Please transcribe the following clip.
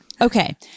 Okay